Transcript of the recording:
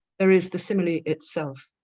there is the simile itself.